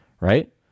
right